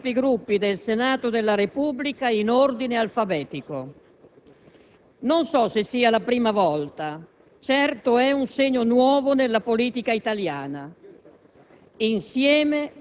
Il Gruppo dell'Ulivo è lieto di avere dato forza a questa speranza e a questo impegno. Signor Presidente, considerate le circostanze temporali,